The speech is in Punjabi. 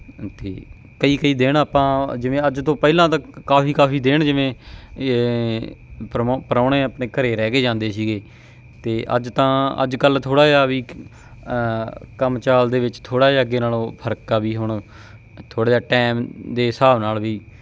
ਅਤੇ ਕਈ ਕਈ ਦਿਨ ਆਪਾਂ ਜਿਵੇਂ ਅੱਜ ਤੋਂ ਪਹਿਲਾਂ ਤਾਂ ਕਾਫੀ ਕਾਫੀ ਦਿਨ ਜਿਵੇਂ ਪਰੋ ਪ੍ਰਾਹੁਣੇ ਆਪਣੇ ਘਰ ਰਹਿ ਕੇ ਜਾਂਦੇ ਸੀਗੇ ਅਤੇ ਅੱਜ ਤਾਂ ਅੱਜ ਕੱਲ੍ਹ ਥੋੜ੍ਹਾ ਜਿਹਾ ਵੀ ਕੰਮ ਚਾਲ ਦੇ ਵਿੱਚ ਥੋੜ੍ਹਾ ਜਿਹਾ ਅੱਗੇ ਨਾਲੋਂ ਫਰਕ ਆ ਵੀ ਹੁਣ ਥੋੜ੍ਹਾ ਜਿਹਾ ਟਾਈਮ ਦੇ ਹਿਸਾਬ ਨਾਲ ਵੀ